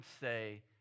say